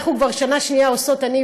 עליזה ואני עושות כבר שנה שנייה טקס